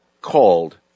called